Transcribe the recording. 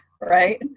right